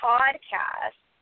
Podcast